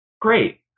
Great